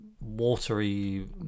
watery